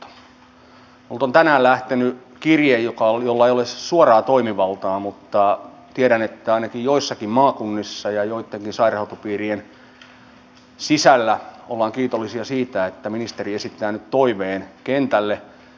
minulta on tänään lähtenyt kirje jolla ei ole suoraa toimivaltaa mutta tiedän että ainakin joissakin maakunnissa ja joittenkin sairaanhoitopiirien sisällä ollaan kiitollisia siitä että ministeri esittää nyt toiveen kentälle